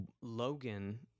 Logan